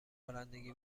رانندگی